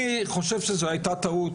אני חושב שזו הייתה טעות,